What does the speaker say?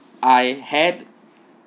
I had